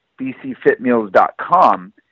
bcfitmeals.com